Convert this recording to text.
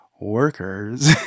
workers